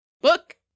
book